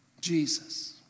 Jesus